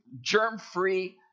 germ-free